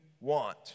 want